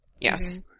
yes